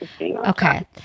Okay